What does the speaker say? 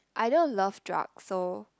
I don't love drugs so